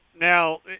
Now